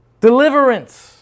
deliverance